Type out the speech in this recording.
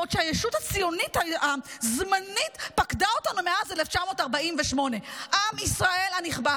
בעוד שהישות הציונית הזמנית פקדה אותנו מאז 1948". עם ישראל הנכבד,